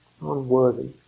unworthy